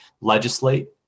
legislate